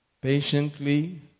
patiently